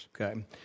Okay